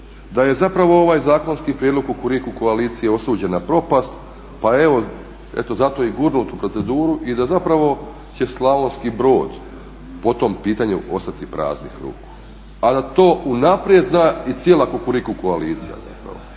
da je zapravo ovaj zakonski prijedlog Kukuriku koalicije osuđen na propast, pa evo eto zato je i gurnut u proceduru i da zapravo će Slavonski Brod po tom pitanju ostati praznih ruku, a da to unaprijed zna i cijela Kukuriku koalicija zapravo,